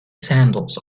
sandals